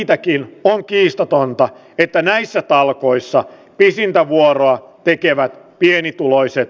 väki on kiistatonta että näissä talkoissa pisintä vuoroa tekevä pienituloiset